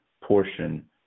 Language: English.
portion